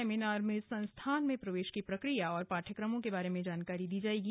seminar में संस्थान में प्रवेश की प्रक्रिया और पाठ्यक्रमों के बारे में जानकारी दी जाएगी